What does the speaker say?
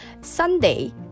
Sunday